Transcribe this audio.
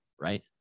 Right